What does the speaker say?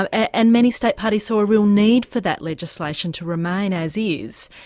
ah and many state parties saw a real need for that legislation to remain as is,